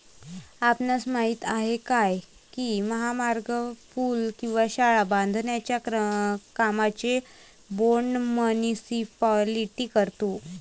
आपणास माहित आहे काय की महामार्ग, पूल किंवा शाळा बांधण्याच्या कामांचे बोंड मुनीसिपालिटी करतो?